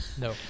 No